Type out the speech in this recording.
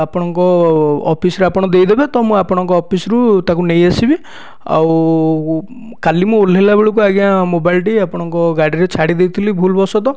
ଆପଣଙ୍କ ଅଫିସ୍ରେ ଆପଣ ଦେଇଦେବେ ତ ମୁଁ ଆପଣଙ୍କ ଅଫିସ୍ରୁ ତାକୁ ନେଇ ଆସିବି ଆଉ କାଲି ମୁଁ ଓହ୍ଲେଇ ବେଳକୁ ଆଜ୍ଞା ମୋବାଇଲ୍ଟି ଆପଣଙ୍କ ଗାଡ଼ିରେ ଛାଡ଼ି ଦେଇଥିଲି ଭୁଲ୍ ବଶତଃ